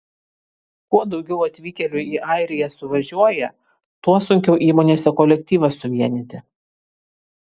kuo daugiau atvykėlių į airiją suvažiuoja tuo sunkiau įmonėse kolektyvą suvienyti